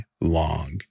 long